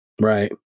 Right